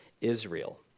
Israel